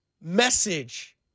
message